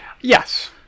Yes